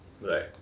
Right